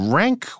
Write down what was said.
rank